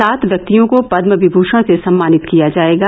सात व्यक्तियों को पदम विभूषण से सम्मानित किया जाएगा